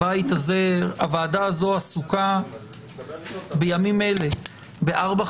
הוועדה הזו עסוקה בימים אלה בארבע,